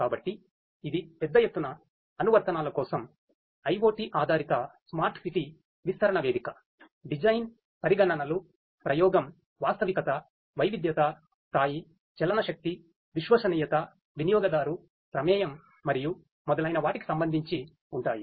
కాబట్టి ఇది పెద్ద ఎత్తున అనువర్తనాల కోసం IoT ఆధారిత స్మార్ట్ సిటీ విస్తరణ వేదిక డిజైన్ పరిగణనలు ప్రయోగం వాస్తవికత వైవిధ్యత స్థాయి చలన శక్తి విశ్వసనీయత వినియోగదారు ప్రమేయం మరియు మొదలైన వాటికి సంబంధించి ఉంటాయి